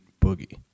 boogie